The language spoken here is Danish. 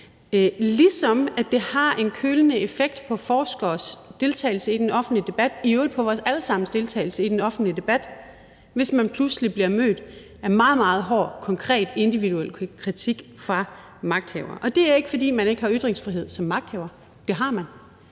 ligesom det har en kølende effekt i forhold til forskeres deltagelse i den offentlige debat – det gælder i øvrigt for vores alle sammens deltagelse i den offentlige debat – hvis man pludselig bliver mødt af en meget, meget hård konkret individuel kritik fra magthavere. Og det er ikke, fordi man ikke har ytringsfrihed som magthaver, det har man,